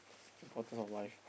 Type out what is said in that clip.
importance of life